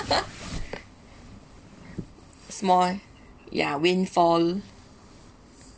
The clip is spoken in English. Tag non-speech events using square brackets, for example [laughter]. [laughs] small ya windfall